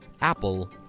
Apple